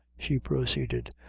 she proceeded,